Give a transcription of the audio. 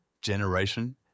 generation